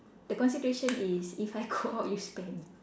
the consideration is if I go out you spend